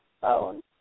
phone